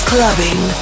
Clubbing